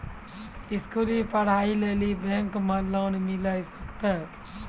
स्कूली पढ़ाई लेली बैंक से लोन मिले सकते?